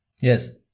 Yes